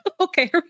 Okay